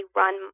run